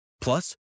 Plus